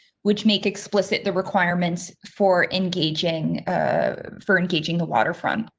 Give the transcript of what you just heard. which make explicit the requirements for engaging ah for engaging the waterfront.